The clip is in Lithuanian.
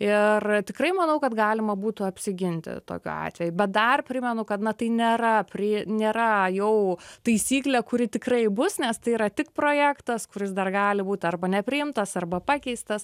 ir tikrai manau kad galima būtų apsiginti tokiu atveju bet dar primenu kad na tai nėra prie nėra jau taisyklė kuri tikrai bus nes tai yra tik projektas kuris dar gali būti arba nepriimtas arba pakeistas